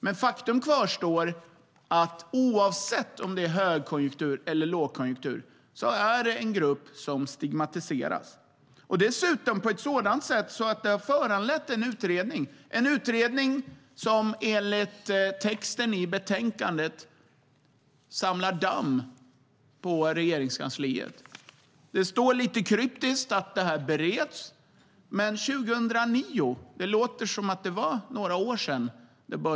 Men faktum kvarstår, nämligen att oavsett om det är högkonjunktur eller lågkonjunktur är detta en grupp som stigmatiseras, dessutom på ett sådant sätt att det har föranlett en utredning. Enligt texten i betänkandet samlar denna utredning damm i Regeringskansliet. Det står lite kryptiskt att den bereds. Den började beredas 2009. Det låter som om det var några år sedan.